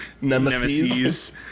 nemesis